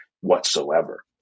whatsoever